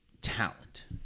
talent